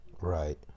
right